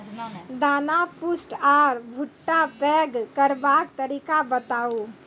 दाना पुष्ट आर भूट्टा पैग करबाक तरीका बताऊ?